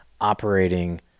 operating